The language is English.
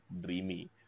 dreamy